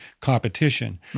competition